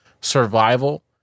survival